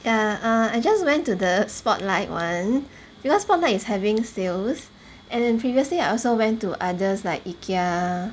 ya err I just went to the Spotlight [one] because Spotlight is having sales and then previously I also went to others like Ikea